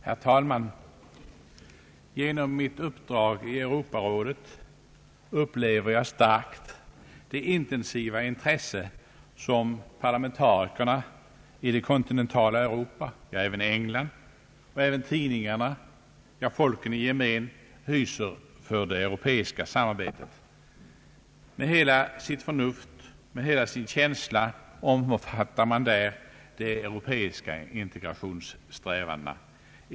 Herr talman! Genom mitt uppdrag i Europarådet upplever jag starkt det intensiva intresse som parlamentarikerna i det kontinentala Europa — ja, även i England — samt tidningarna och folken i gemen hyser för det europeiska samarbetet. Med hela sitt förnuft och hela sin känsla omfattar man där de europeiska integrationssträvandena.